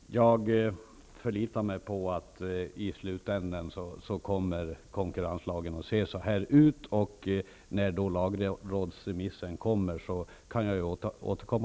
Fru talman! Jag förlitar mig på att konkurrenslagstiftningen kommer att se ut så här. Jag återkommer när lagrådsremissen läggs fram.